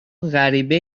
غریبه